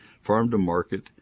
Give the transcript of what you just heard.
farm-to-market